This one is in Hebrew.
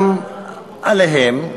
גם עליהם,